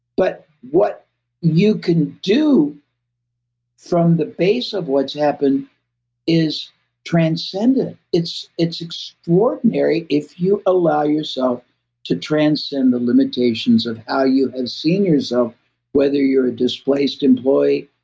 but what you can do from the base of what's happened is transcendent. it's it's extraordinary if you allow yourself to transcend the limitations of how you have and seen yourself whether you're a displaced employee,